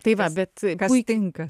tai va bet kas tinka